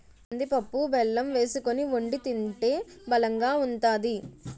కందిపప్పు బెల్లం వేసుకొని వొండి తింటే బలంగా ఉంతాది